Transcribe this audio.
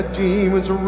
demons